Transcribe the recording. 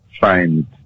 find